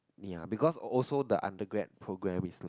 ya because also the undergrad program is like